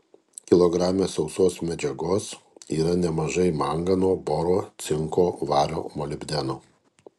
kilograme sausos medžiagos yra nemažai mangano boro cinko vario molibdeno